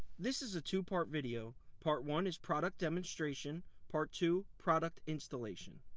this is a two part video part one is product demonstration part two product installation.